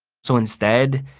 so, instead,